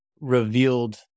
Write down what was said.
revealed